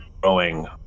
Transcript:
growing